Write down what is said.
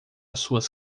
suas